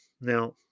Now